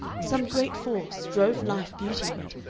some great force, drove life beautyward,